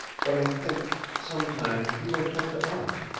but i think sometime he will come to us.